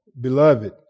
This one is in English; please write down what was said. Beloved